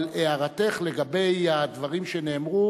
אבל הערתך לגבי הדברים שנאמרו,